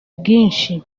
bwinshi